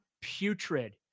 putrid